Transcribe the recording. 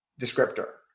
descriptor